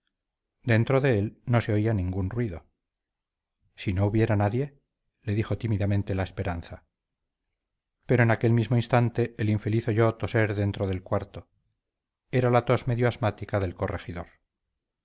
dentro de él no se oía ningún ruido si no hubiera nadie le dijo tímidamente la esperanza pero en aquel mismo instante el infeliz oyó toser dentro del cuarto era la tos medio asmática del corregidor